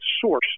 source